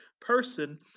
person